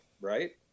Right